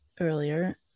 earlier